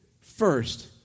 First